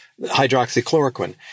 hydroxychloroquine